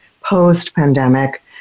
post-pandemic